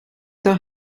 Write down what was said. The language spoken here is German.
der